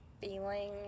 feeling